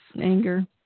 anger